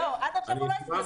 לא, עד עכשיו הוא לא הסביר.